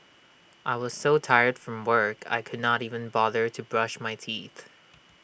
I was so tired from work I could not even bother to brush my teeth